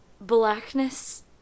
Blackness